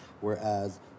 whereas